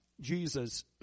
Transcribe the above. Jesus